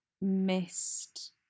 missed